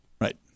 Right